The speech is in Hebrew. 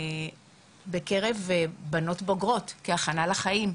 בקרב בנות בוגרות כהכנה לחיים,